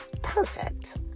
Perfect